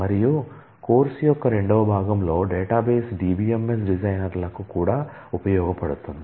మరియు కోర్సు యొక్క రెండవ భాగంలో డేటాబేస్ DBMS డిజైనర్లకు కూడా ఉపయోగపడుతుంది